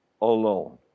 alone